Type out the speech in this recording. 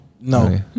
No